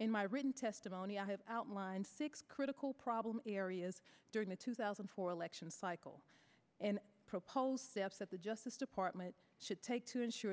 in my written testimony i have outlined six critical problem areas during the two thousand and four election cycle and proposed steps that the justice department should take to ensure